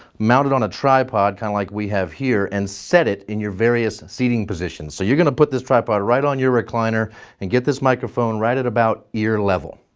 mount it on a tripod kind of like we have here, and set it in your various seating positions. so you're going to put this tripod right on your recliner and get this microphone right at about ear level.